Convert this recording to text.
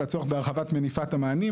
והצורך בהרחבת מניפת המענים,